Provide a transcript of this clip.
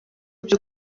byo